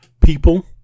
people